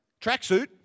tracksuit